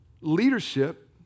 leadership